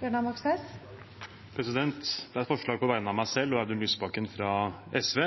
Bjørnar Moxnes vil fremsette et representantforslag. Det er et forslag på vegne av meg selv og Audun Lysbakken, fra SV,